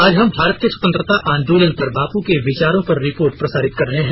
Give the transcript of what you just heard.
आज हम भारत के स्वतंत्रता आंदोलन पर बापू के विचारों पर रिपोर्ट प्रसारित कर रहे हैं